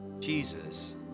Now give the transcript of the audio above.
Jesus